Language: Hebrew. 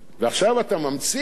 עכשיו אתה ממציא,